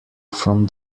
from